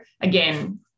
Again